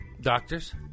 Doctors